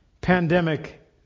pandemic